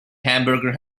hamburger